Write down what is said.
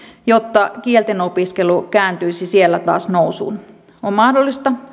jotta kieltenopiskelu kääntyisi siellä taas nousuun on mahdollista